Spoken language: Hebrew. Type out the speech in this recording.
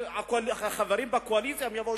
רק בחודש האחרון ראינו שמחירי הלחם עלו,